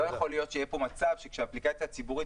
לא יכול להיות שיהיה פה מצב שכשהאפליקציה הציבורית